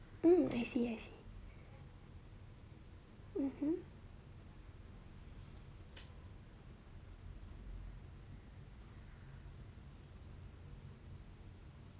hmm I see I see mmhmm